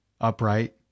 upright